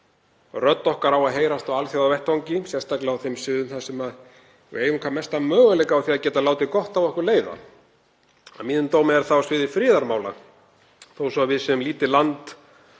Rödd okkar á að heyrast á alþjóðavettvangi, sérstaklega á þeim sviðum þar sem við eigum hvað mesta möguleika á að geta látið gott af okkur leiða. Að mínum dómi er það á sviði friðarmála. Þó svo að við sem lítið land